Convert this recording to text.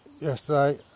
yesterday